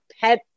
pet